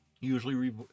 usually